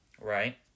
right